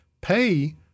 pay